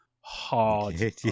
hard